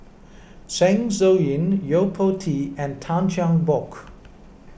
Zeng Shouyin Yo Po Tee and Tan Cheng Bock